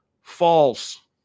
False